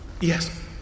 yes